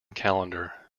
calendar